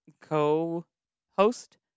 Co-host